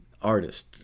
Artist